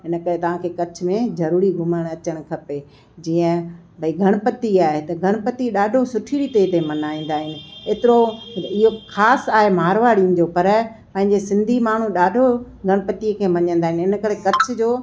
इन करे तव्हांखे कच्छ में ज़रूरी घुमणु अचणु खपे जीअं भई गणपती आहे त गणपती ॾाढो सुठी रीति हिते मल्हाईंदा आहिनि एतिरो इहो ख़ासि आहे मारवाड़ियुनि जो पर पंहिंजे सिंधी माण्हू ॾाढो गणपतीअ खे मञंदा आहिनि इन करे कच्छ जो